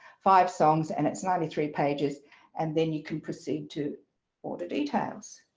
five songs and it's ninety three pages and then you can proceed to order details.